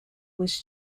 was